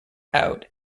out